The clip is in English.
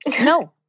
No